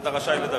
אתה רשאי לדבר.